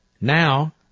Now